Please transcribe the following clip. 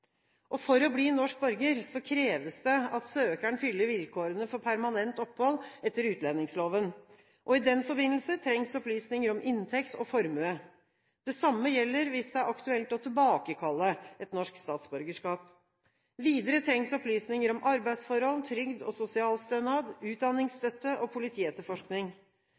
For å bli norsk borger kreves det at søkeren fyller vilkårene for permanent opphold etter utlendingsloven. I den forbindelse trengs opplysninger om inntekt og formue. Det samme gjelder hvis det er aktuelt å tilbakekalle et norsk statsborgerskap. Videre trengs opplysninger om arbeidsforhold, trygd og sosialstønad, utdanningsstøtte og politietterforskning.